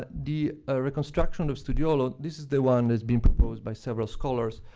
the ah reconstruction of studiolo this is the one that's been proposed by several scholars,